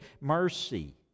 mercy